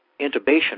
intubation